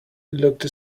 looked